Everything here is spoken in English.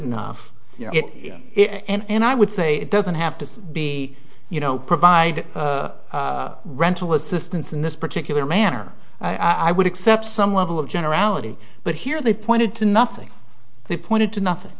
enough and i would say it doesn't have to be you know provide rental assistance in this particular manner i would accept some level of generality but here they pointed to nothing they pointed to nothing